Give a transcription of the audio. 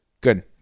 good